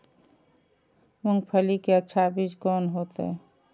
मूंगफली के अच्छा बीज कोन होते?